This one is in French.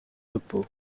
repos